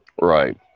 right